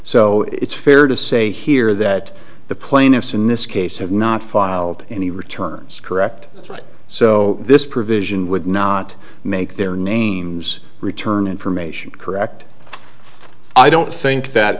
so it's fair to say here that the plaintiffs in this case have not filed any returns correct right so this provision would not make their names return information correct i don't think that